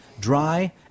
dry